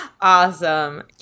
Awesome